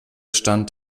stand